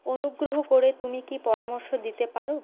অনুগ্রহ করে তুমি কি পরামর্শ দিতে পারো